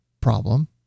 problem